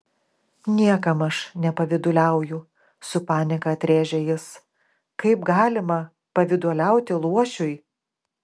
niekam aš nepavyduliauju su panieka atrėžė jis kaip galima pavyduliauti luošiui